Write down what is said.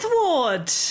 Ward